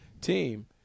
team